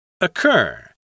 Occur